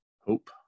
Hope